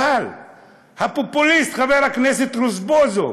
אבל הפופוליסט חבר הכנסת רוזבוזוב,